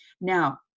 Now